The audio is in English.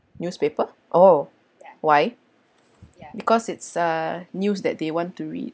newspaper oh why because it's uh news that they want to read